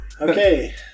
Okay